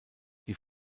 die